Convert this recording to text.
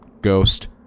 Ghost